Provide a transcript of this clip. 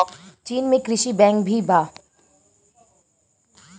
चीन में कृषि बैंक भी बा